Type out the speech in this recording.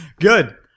Good